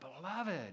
beloved